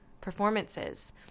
performances